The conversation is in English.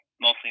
mostly